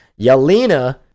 yelena